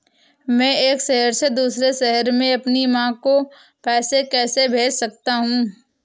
मैं एक शहर से दूसरे शहर में अपनी माँ को पैसे कैसे भेज सकता हूँ?